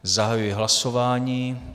Zahajuji hlasování.